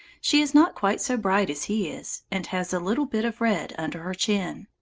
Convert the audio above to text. she is not quite so bright as he is, and has a little bit of red under her chin.